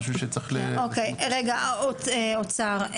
האוצר,